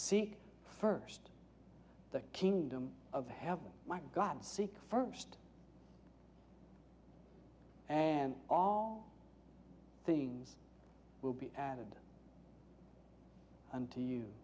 seek first the kingdom of heaven my god seek first and all things will be added unto you